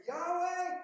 Yahweh